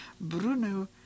Bruno